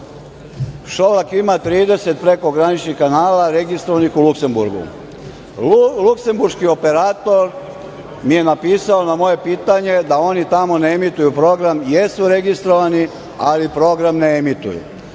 Šolak ima 30 prekograničnih kanala registrovanih u Luksemburgu. Luksemburški operator mi je napisao na moje pitanje da oni tamo ne emituju program, da jesu registrovani, ali program ne emituju.